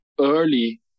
early